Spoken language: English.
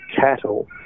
cattle